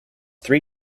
three